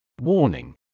Warning